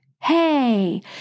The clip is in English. hey